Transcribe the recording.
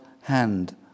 hand